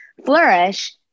flourish